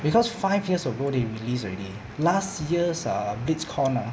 because five years ago they release already last year's ah bits con ah